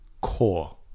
core